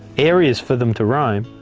areas for them to roam.